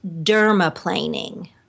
dermaplaning